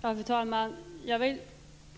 Fru talman! Jag vill